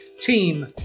team